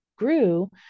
grew